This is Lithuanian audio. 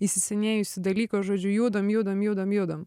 įsisenėjusį dalyką žodžiu judam judam judam judam